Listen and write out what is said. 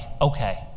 okay